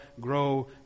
grow